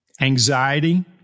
anxiety